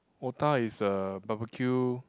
otah is a barbecue